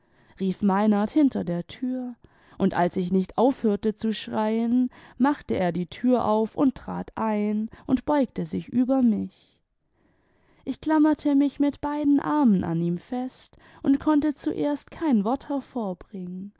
rief meinen hinter der tür imd als ich nicht aufhörte zu schreien machte er die tür auf und trat ein md beugte sich über mich ich klammerte mich mit beiden armen an ihn fest und konnte zuerst kein wort hervorbringen